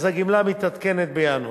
אז הגמלה מתעדכנת בינואר,